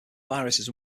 viruses